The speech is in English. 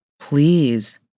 Please